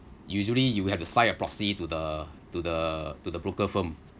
usually you have to sign a proxy to the to the to the broker firm